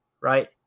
right